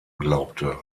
glaubte